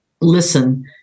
listen